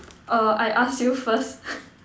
err I ask you first